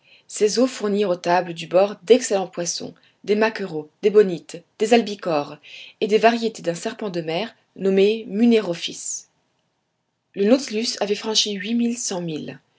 ses eaux fournirent aux tables du bord d'excellents poissons des maquereaux des bonites des albicores et des variétés d'un serpent de mer nommé munérophis le nautilus avait franchi huit mille